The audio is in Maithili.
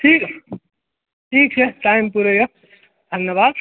ठीक ठीक छै टाइम पूरे यऽ धन्यवाद